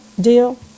deal